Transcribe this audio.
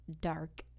dark